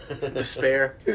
despair